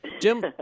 Jim